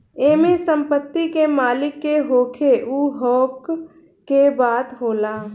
एमे संपत्ति के मालिक के होखे उ हक के बात होला